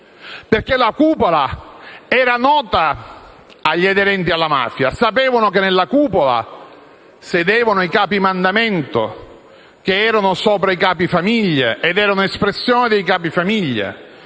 così: la cupola era nota agli aderenti alla mafia, che sapevano che in essa sedevano i capi mandamento, che erano sopra ai capifamiglia ed erano espressione dei capifamiglia.